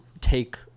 take